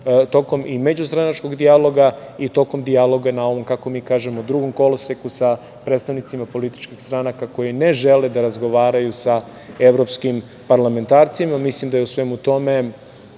tokom međustranačkog dijaloga i tokom dijaloga na ovom, kako mi kažemo, drugom koloseku sa predstavnicima političkih stranaka koje ne žele da razgovaraju sa evropskim parlamentarcima. Mislim da je u svemu tome